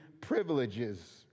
privileges